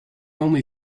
only